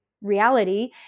reality